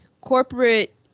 corporate